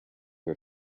her